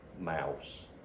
mouse